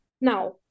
Now